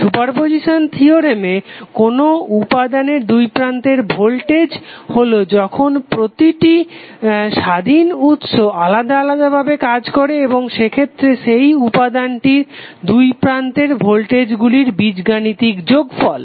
superposition থিওরেমে কোনো উপাদানের দুইপ্রান্তের ভোল্টেজ হলো যখন প্রতিটি স্বাধীন উৎস আলাদা ভাবে কাজ করে এবং সেক্ষেত্রে সেই উপাদানটির দুইপ্রান্তের ভোল্টেজ গুলির বীজগাণিতিক যোগফল